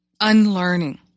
unlearning